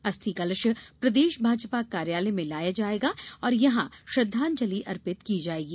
अस्थि कलश प्रदेश भाजपा कार्यालय में लाया जायेगा और यहां श्रद्वांजलि अर्पित की जायेगी